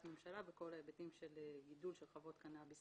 ממשלה בכל ההיבטים של גידול של חוות קנאביס.